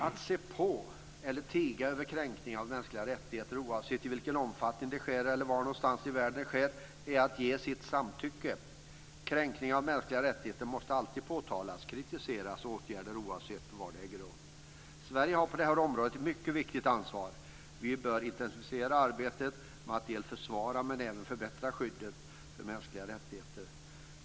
Att se på eller tiga inför kränkningar av mänskliga rättigheter, oavsett i vilken omfattning de sker eller var i världen de sker, är att ge sitt samtycke. Kränkningar av mänskliga rättigheter måste alltid påtalas, kritiseras och åtgärdas, oavsett var de äger rum. Sverige har ett mycket viktigt ansvar på det här området. Vi bör intensifiera arbetet med att försvara och även förbättra skyddet för mänskliga rättigheter.